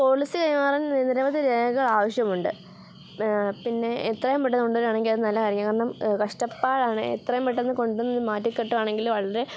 policy കൈമാറാൻ നിരവധി രേഖ ആവശ്യമുണ്ട് പിന്നെ എത്രയും പെട്ടെന്നു കൊണ്ടു വരികയാണെങ്കിൽ അതു നല്ലതായിരിക്കും കാരണം കഷ്ടപ്പാടാണ് എത്രയും പെട്ടെന്ന് കൊണ്ടന്ന് മാറ്റിക്കിട്ടുകയാണെങ്കിൽ വളരെ